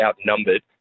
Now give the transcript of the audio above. outnumbered